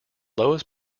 lowest